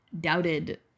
Doubted